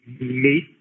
meet